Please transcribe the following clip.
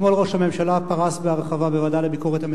אתמול ראש הממשלה פרס בהרחבה בוועדה לביקורת את